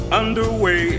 underway